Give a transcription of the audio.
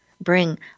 Bring